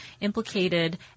implicated